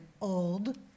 old